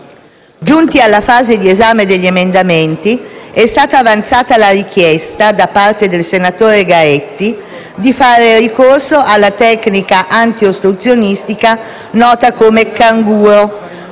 Giunti alla fase di esame degli emendamenti, è stata avanzata la richiesta, da parte del senatore Gaetti, di fare ricorso alla tecnica antiostruzionistica nota come "canguro",